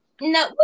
No